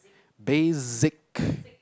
basic